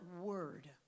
word